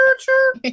Sure